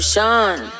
Sean